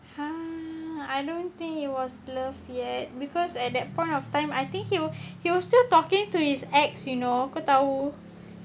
!huh! I don't think it was love yet because at that point of time I think he'll he'll still talking to his ex you know kau tahu